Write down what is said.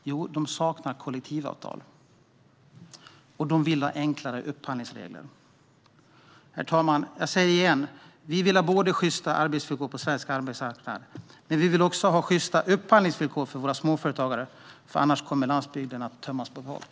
Jo, de saknar kollektivavtal, och de vill ha enklare upphandlingsregler. Herr talman! Jag säger det igen: Vi vill ha både sjysta arbetsvillkor på svensk arbetsmarknad och sjysta upphandlingsvillkor för våra småföretagare. Annars kommer landsbygden att tömmas på folk.